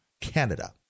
Canada